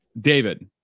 David